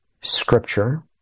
scripture